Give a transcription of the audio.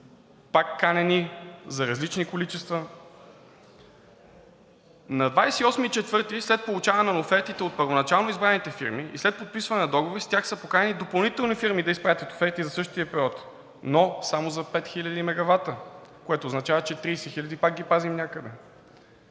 пак канени за различни количества. На 28 април след получаване на офертите от първоначално избраните фирми и след подписване на договори след тях са поканени допълнително фирми да изпратят оферти за същия период, но само за 5 хил. мегавата, което означава, че 30 хиляди пак ги пазим някъде.